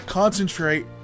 concentrate